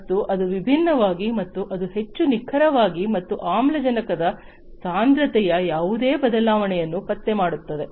ಮತ್ತು ಅದು ವಿಭಿನ್ನವಾಗಿದೆ ಮತ್ತು ಅದು ಹೆಚ್ಚು ನಿಖರವಾಗಿದೆ ಮತ್ತು ಆಮ್ಲಜನಕದ ಸಾಂದ್ರತೆಯ ಯಾವುದೇ ಬದಲಾವಣೆಗಳನ್ನು ಪತ್ತೆ ಮಾಡುತ್ತದೆ